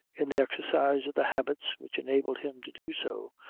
in the exercise of the habits which enable him to do so,